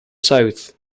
south